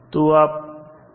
तो आप कैसे करेंगे